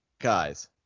guys